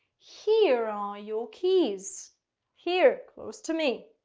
here are your keys here. close to me.